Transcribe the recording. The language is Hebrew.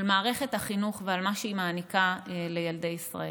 על מערכת החינוך ועל מה שהיא מעניקה לילדי ישראל.